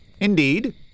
Indeed